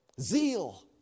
Zeal